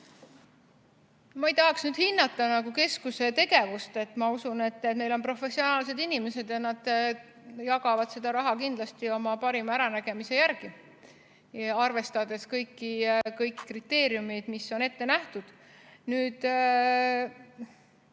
Ma ei tahaks nüüd hinnata keskuse tegevust. Ma usun, et neil on professionaalsed inimesed ja nad jagavad seda raha kindlasti oma parima äranägemise järgi, arvestades kõiki kriteeriume, mis on ette nähtud. See